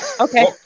okay